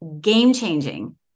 game-changing